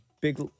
Big